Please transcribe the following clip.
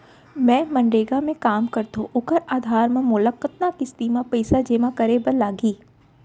मैं मनरेगा म काम करथो, ओखर आधार म मोला कतना किस्ती म पइसा जेमा करे बर लागही?